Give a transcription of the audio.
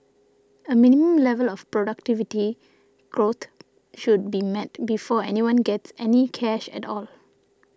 a minimum level of productivity growth should be met before anyone gets any cash at all